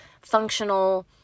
functional